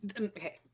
Okay